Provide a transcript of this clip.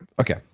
okay